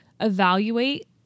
evaluate